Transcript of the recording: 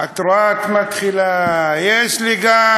אתה תשמע את מה שיש לי להגיד לך אחר כך.